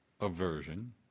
aversion